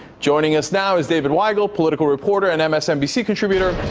joining us now is david weigel, political reporter and msnbc contributor,